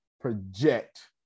project